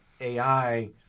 AI